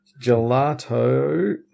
Gelato